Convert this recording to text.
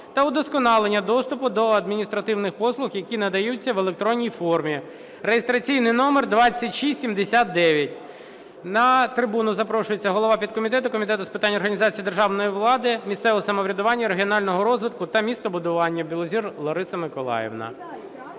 та удосконалення доступу до адміністративних послуг, які надаються в електронній формі (реєстраційний номер 2679). На трибуну запрошується голова підкомітету Комітету з питань організації державної влади, місцевого самоврядування, регіонального розвитку та містобудування Білозір Лариса Миколаївна.